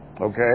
Okay